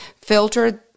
filtered